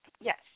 Yes